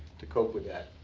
to cope with that.